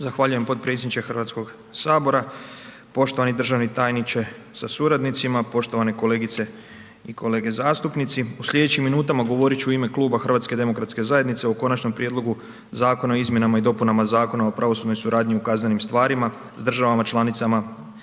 Zahvaljujem potpredsjedniče HS-a, poštovani državni tajniče sa suradnicima, poštovane kolegice i kolege zastupnici. U sljedećim minutama govorit ću u ime Kluba HDZ-a o Konačnom prijedlogu Zakona o izmjenama i dopunama Zakona o pravosudnoj suradnji u kaznenim stvarima s državama članicama EU koji je na